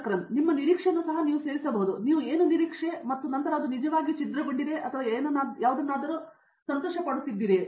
ಶಂಕರನ್ ನಿಮ್ಮ ನಿರೀಕ್ಷೆಯನ್ನೂ ಸಹ ನೀವು ಸೇರಿಸಬಹುದು ನೀವು ಏನು ನಿರೀಕ್ಷೆ ಮತ್ತು ನಂತರ ಅದು ನಿಜವಾಗಿಯೂ ಛಿದ್ರಗೊಂಡಿದೆ ಅಥವಾ ನೀವು ಯಾವುದನ್ನಾದರೂ ಸಂತೋಷಪಡುತ್ತೀರಿ